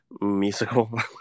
musical